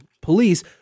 Police